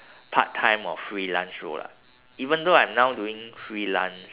part time or freelance role lah even though I'm now doing freelance